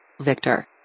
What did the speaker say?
Victor